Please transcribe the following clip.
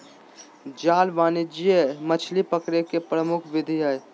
जाल वाणिज्यिक मछली पकड़े के प्रमुख विधि हइ